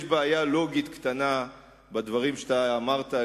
יש בעיה לוגית קטנה בדברים שאמרת,